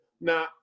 now